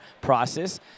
process